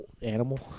Animal